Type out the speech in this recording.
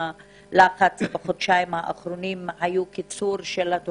בחודשיים האחרונים היו משמרות של 12